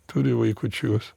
turi vaikučių juos